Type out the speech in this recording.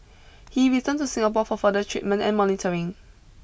he returned to Singapore for further treatment and monitoring